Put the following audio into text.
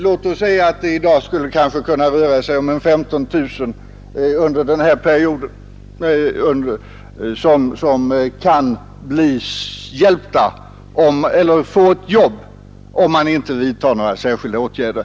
Låt oss säga att det i dag kanske skulle kunna röra sig om 15 000 som kan få ett jobb om man inte vidtar några särskilda åtgärder.